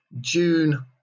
june